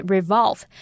Revolve